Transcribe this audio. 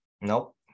Nope